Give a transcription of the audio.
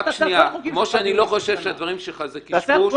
כמו שאני לא חושב שהדברים שלך זה קשקוש.